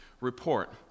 report